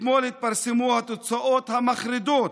אתמול התפרסמו התוצאות המחרידות